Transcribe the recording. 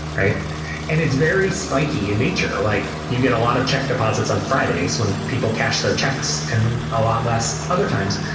and it's very spikey in nature, like you get a lot of check deposits on fridays when people cash their checks and a lot less other times.